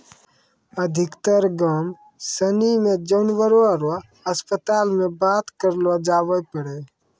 अधिकतर गाम सनी मे जानवर रो अस्पताल मे बात करलो जावै पारै